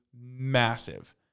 massive